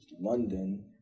London